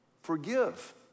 Forgive